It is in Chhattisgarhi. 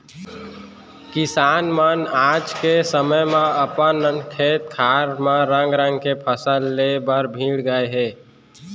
किसान मन आज के समे म अपन खेत खार म रंग रंग के फसल ले बर भीड़ गए हें